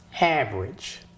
average